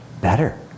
better